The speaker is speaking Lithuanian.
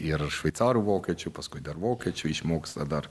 ir šveicarų vokiečių paskui dar vokiečių išmoksta dar